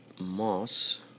Moss